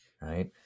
right